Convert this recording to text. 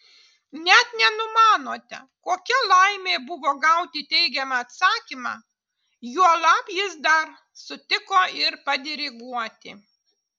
net nenumanote kokia laimė buvo gauti teigiamą atsakymą juolab jis dar sutiko ir padiriguoti